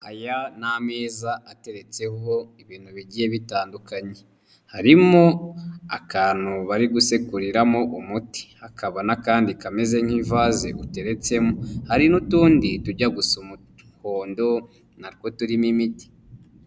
Aya ni ameza ateretseho ibintu bigiye bitandukanye. Harimo akantu bari gusekuriramo umuti, hakaba n'akandi kameze nk'ivaze uteretsemo, hari n'utundi tujya gusa umuhondo na two turimo imiti.